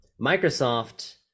Microsoft